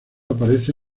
aparece